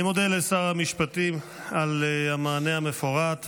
אני מודה לשר המשפטים על המענה המפורט.